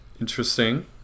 interesting